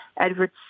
Edward